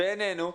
בעיננו,